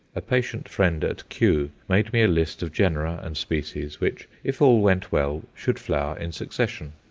a patient friend at kew made me a list of genera and species which, if all went well, should flower in succession.